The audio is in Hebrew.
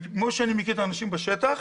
כמו שאני מכיר את האנשים בשטח,